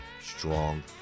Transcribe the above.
strong